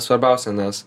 svarbiausia nes